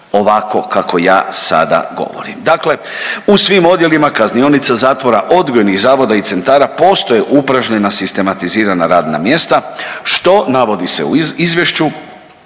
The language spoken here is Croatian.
ovako kako ja sada govorim. Dakle, u svim odjelima kaznionice, zatvora, odgojnih zavoda i centara postoje upražnjena sistematizirana radna mjesta što navodi se u izvješću